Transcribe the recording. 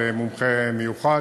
על מומחה מיוחד,